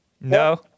No